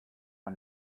und